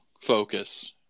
focus